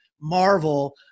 marvel